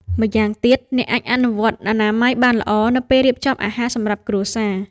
ម៉្យាងទៀត អ្នកអាចអនុវត្តអនាម័យបានល្អនៅពេលរៀបចំអាហារសម្រាប់គ្រួសារ។